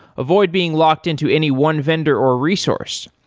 avoid being locked into any one vendor or resource.